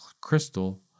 crystal